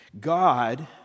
God